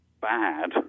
bad